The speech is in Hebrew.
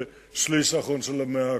בשליש האחרון של המאה הקודמת,